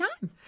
time